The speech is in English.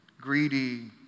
greedy